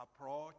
approach